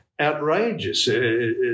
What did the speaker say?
outrageous